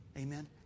Amen